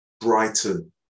Brighton